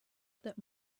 that